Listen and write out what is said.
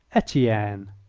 etienne,